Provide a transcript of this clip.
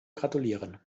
gratulieren